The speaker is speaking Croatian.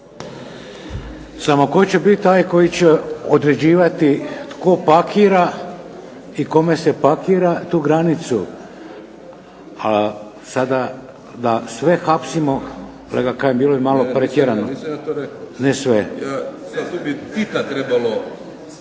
Samo tko će biti taj koji će određivati tko pakira i kome se pakira, tu granicu. A sada da sve hapsimo kolega Kajin bilo bi malo pretjerano.